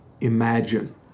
imagine